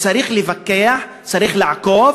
צריך לפקח, צריך לעקוב